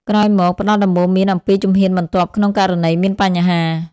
ក្រោយមក ផ្តល់ដំបូន្មានអំពីជំហានបន្ទាប់ក្នុងករណីមានបញ្ហា។